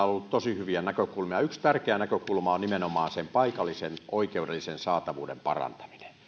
ollut tosi hyviä näkökulmia yksi tärkeä näkökulma on nimenomaan sen oikeuden paikallisen saatavuuden parantaminen